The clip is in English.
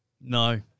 No